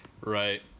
right